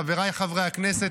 חבריי חברי הכנסת,